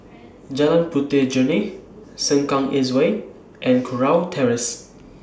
Jalan Puteh Jerneh Sengkang East Way and Kurau Terrace